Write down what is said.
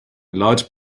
large